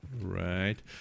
Right